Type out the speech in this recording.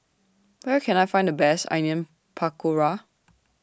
Where Can I Find The Best Onion Pakora